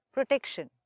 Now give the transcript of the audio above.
Protection